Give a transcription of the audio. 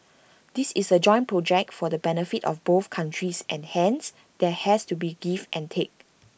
this is A joint project for the benefit of both countries and hence there has to be give and take